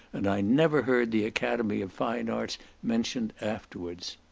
and i never heard the academy of fine arts mentioned afterwards.